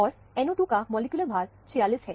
और NO2 का molecular भार 46 है